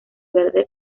verde